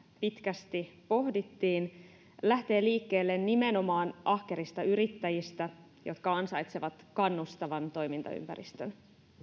pitkästi pohdittiin lähtee liikkeelle nimenomaan ahkerista yrittäjistä jotka ansaitsevat kannustavan toimintaympäristön